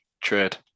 trade